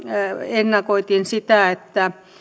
ennakoitiin sitä että